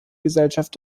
gesellschaft